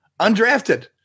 undrafted